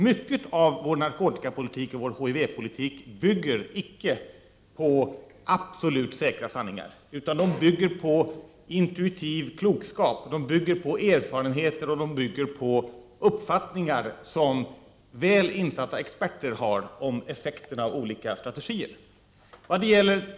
Mycket av vår narkotikapolitik och vår HIV-politik bygger icke på absolut säker sanning, utan på intuitiv klokskap, erfarenheter och uppfattningar som väl insatta experter har om effekten av olika strategier.